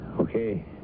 okay